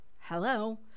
Hello